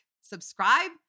subscribe